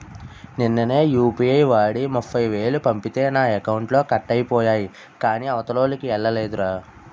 నిన్ననే యూ.పి.ఐ వాడి ముప్ఫైవేలు పంపితే నా అకౌంట్లో కట్ అయిపోయాయి కాని అవతలోల్లకి ఎల్లలేదురా